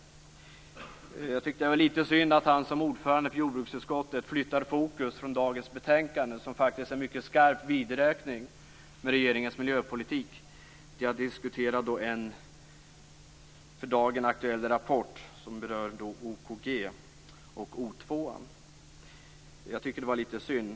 Jag tycker att det var litet synd att han som ordförande i jordbruksutskottet flyttade fokus från dagens betänkande, som faktiskt är en mycket skarp vidräkning med regeringens miljöpolitik, till att diskutera en för dagen aktuell rapport som berör OKG och O2:an. Jag tycker att det var litet synd.